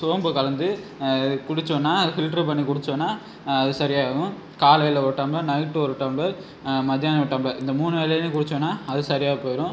சோம்பு கலந்து குடிச்சோன்னா பில்ட்ரு பண்ணி குடிச்சோன்னா அது சரியாகும் காலையில் ஒரு டம்ளர் நைட்டு ஒரு டம்ளர் மதியானம் ஒரு டம்ளர் இந்த மூணு வேளையிலேயும் குடிச்சோன்னா அது சரியாக போயிரும்